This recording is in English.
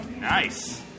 Nice